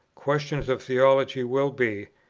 questions of theology will be,